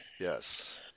Yes